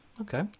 Okay